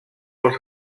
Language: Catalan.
els